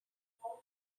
four